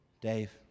Dave